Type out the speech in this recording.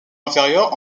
inférieure